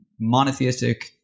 monotheistic